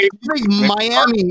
Miami